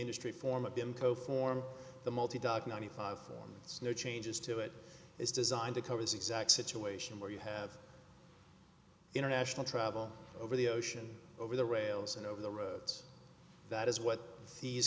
industry form of them co form the multi dock ninety five it's no changes to it is designed to cover the exact situation where you have international travel over the ocean over the rails and over the roads that is what these